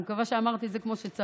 אני מקווה שאמרתי את זה כמו שצריך,